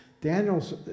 Daniel's